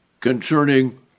concerning